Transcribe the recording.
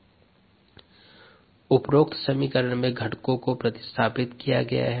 EtEES उपरोक्त समीकरण में घटकों को प्रतिस्थापन किया गया है